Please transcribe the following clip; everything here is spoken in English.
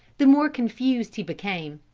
the more confused he became.